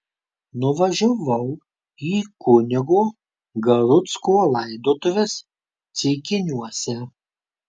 nuvažiavau į kunigo garucko laidotuves ceikiniuose